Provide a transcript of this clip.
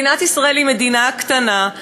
מדינת ישראל היא מדינה קטנה,